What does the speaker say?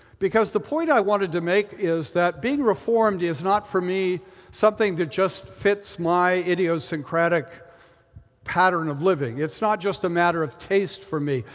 because the point i wanted to make is that being reformed is not for me something that just fits my idiosyncratic pattern of living. it's not just a matter of taste for me.